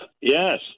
Yes